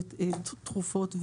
תכופות,